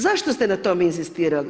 Zašto ste na tom inzistirali?